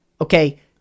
Okay